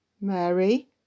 Mary